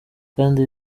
kandi